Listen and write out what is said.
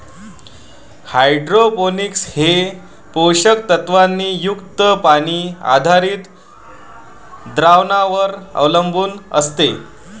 hydroponics हे पोषक तत्वांनी युक्त पाणी आधारित द्रावणांवर अवलंबून असते